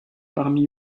parmi